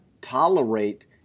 tolerate